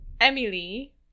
Emily